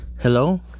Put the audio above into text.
hello